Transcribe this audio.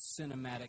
cinematic